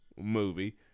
movie